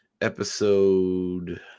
episode